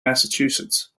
massachusetts